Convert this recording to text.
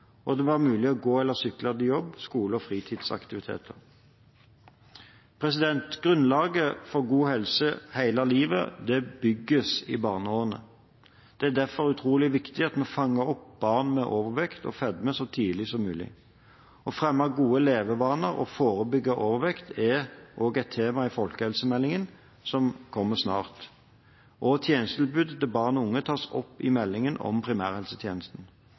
og det må være mulig å gå eller sykle til jobb, skole og fritidsaktiviteter. Grunnlaget for god helse hele livet bygges i barneårene. Det er derfor utrolig viktig at vi fanger opp barn med overvekt og fedme så tidlig som mulig. Å fremme gode levevaner og forebygge overvekt er også et tema i folkehelsemeldingen som kommer snart, og tjenestetilbudet til barn og unge tas opp i meldingen om primærhelsetjenesten.